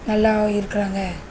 நல்லா இருக்கிறாங்க